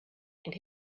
and